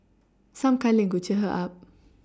some cuddling could cheer her up